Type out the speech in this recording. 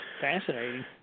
fascinating